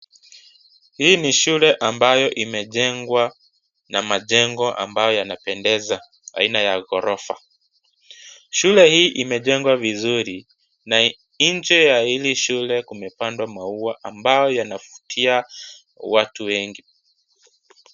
Hii ni shule ambayo imejengwa na majengo ambayo yanapendeza aina ya ghorofa, shule hii imejengwa vizuri na nje ya hili shule kumepandwa maua ambayo yanavutia watu wengi.